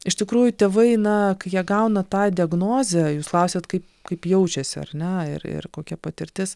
iš tikrųjų tėvai na kai jie gauna tą diagnozę jūs klausėt kaip kaip jaučiasi ar ne ir ir kokia patirtis